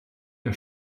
der